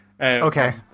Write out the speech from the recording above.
okay